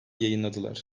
yayınladılar